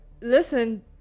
listen